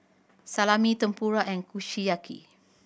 Salami Tempura and Kushiyaki